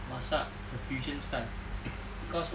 masak a fusion style cause why